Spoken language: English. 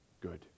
good